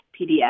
PDF